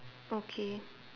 okay